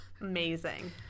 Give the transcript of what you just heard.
Amazing